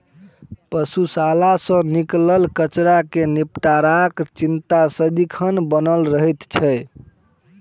पशुशाला सॅ निकलल कचड़ा के निपटाराक चिंता सदिखन बनल रहैत छै